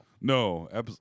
No